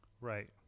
Right